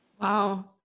Wow